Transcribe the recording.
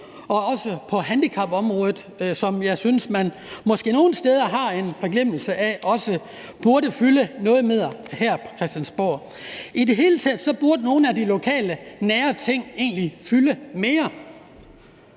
også på handicapområdet, som jeg synes man måske nogle steder har en forglemmelse af, og som også burde fylde noget mere her på Christiansborg. I det hele taget burde nogle af de lokale, nære ting egentlig fylde mere.